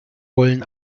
wollen